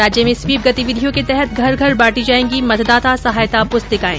राज्य में स्वीप गतिविधियों तहत घर घर बांटी जायेंगी मतदाता सहायता पुस्तिकाएं